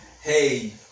hey